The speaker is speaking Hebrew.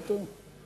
לא טוב?